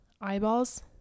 Eyeballs